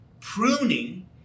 pruning